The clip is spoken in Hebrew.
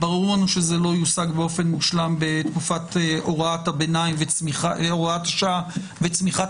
ברור לנו שזה לא יושג באופן מושלם בתקופת הוראת השעה וצמיחת